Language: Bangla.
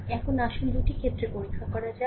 এখন আসুন দুটি ক্ষেত্রে পরীক্ষা করা যাক